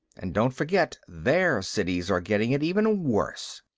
and don't forget, their cities are getting it even worse.